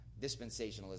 dispensationalism